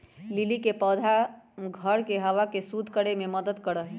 lily के पौधा घर के हवा के शुद्ध करे में मदद करा हई